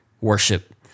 worship